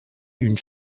une